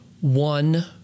one